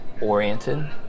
oriented